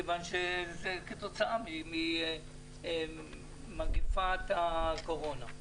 מכיוון שזה כתוצאה ממגפת הקורונה.